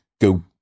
go